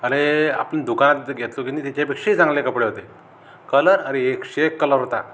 आणि आपण दुकानात तिथं घेतलो की नाही त्याच्यापेक्षाही चांगले कपडे होते कलर अरे एक से एक कलर होता